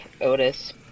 Otis